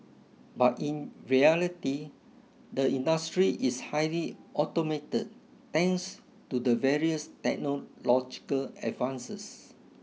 but in reality the industry is highly automated thanks to the various technological advances